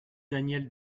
daniel